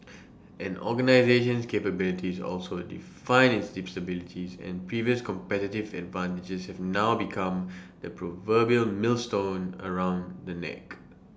an organisation's capabilities also define its disabilities and previous competitive advantages have now become the proverbial millstone around the neck